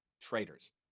traitors